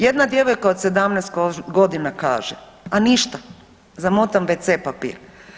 Jedna djevojka od 17 godina kaže, a ništa zamotam wc papir.